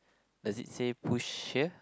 does it say push here